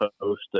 post